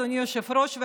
אדוני היושב-ראש,